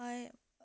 हय